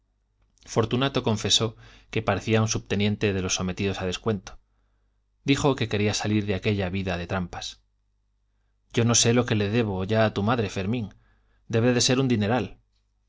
fortunato confesó que parecía un subteniente de los sometidos a descuento dijo que quería salir de aquella vida de trampas yo no sé lo que debo ya a tu madre fermín debe de ser un dineral